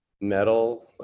metal